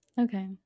okay